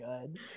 good